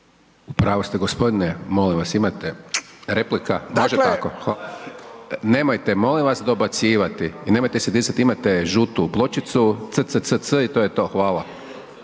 U pravu ste gospodine, molim vas, imate replika, može tako? Nemojte molim vas dobacivati i nemojte se dizati, imate žutu pločicu cccc i to je to. Hvala./…